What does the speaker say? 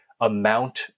amount